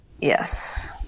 yes